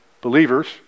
believers